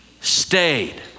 stayed